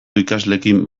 ikasleekin